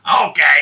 Okay